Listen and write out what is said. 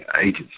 agents